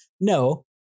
no